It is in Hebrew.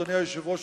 אדוני היושב-ראש,